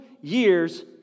years